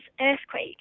earthquake